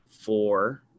four